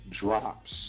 drops